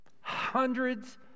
Hundreds